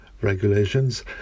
regulations